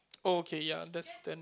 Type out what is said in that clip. okay ya that's standard